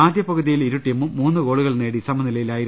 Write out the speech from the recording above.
ആദ്യപകുതിയിൽ ഇരുടീമും മൂന്ന് ഗോളുകൾ നേടി സമനിലയിലായിരുന്നു